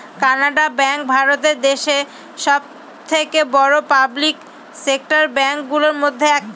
Canara bank ভারত দেশে সব থেকে বড়ো পাবলিক সেক্টর ব্যাঙ্ক গুলোর মধ্যে একটা